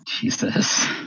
Jesus